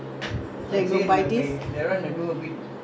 then that day you buy that [one] the other one ah